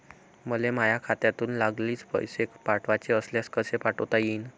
मले माह्या खात्यातून लागलीच पैसे पाठवाचे असल्यास कसे पाठोता यीन?